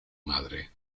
madre